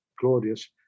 Claudius